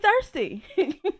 thirsty